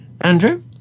Andrew